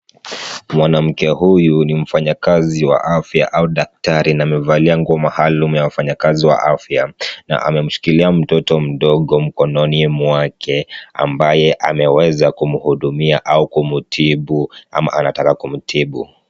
Mwanamke huyu ni mfanyakazi wa afya au daktari, na amevalia nguo maalum ya wafanyakazi wa afya, na amemshikilia mtoto mdogo mkononi mwake, ambaye ameweza kumuhudumia au kumutibu, ama anataka kumutibu.